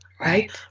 Right